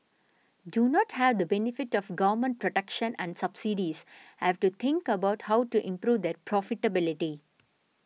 do not have the benefit of government protection and subsidies have to think about how to improve their profitability